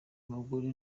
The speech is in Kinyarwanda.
abagore